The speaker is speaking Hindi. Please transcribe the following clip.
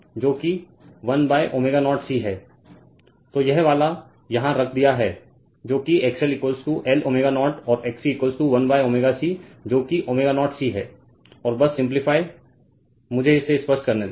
तो यह वाला यहाँ रख दिया है जो कि XL L ω0 और XC 1 ωC जो कि ω0 C है और बस सिंपलीफाई मुझे इसे स्पष्ट करने दें